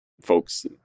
folks